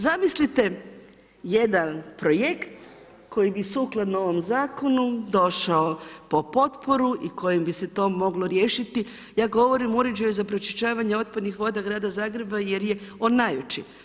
Zamislite jedan projekt koji bi sukladno ovom zakonu došao po potporu i kojim bi se to moglo riješiti, ja govorim o uređaju za pročišćavanje otpadnih voda grada Zagreba jer je on najveći.